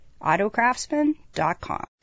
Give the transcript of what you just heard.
autocraftsman.com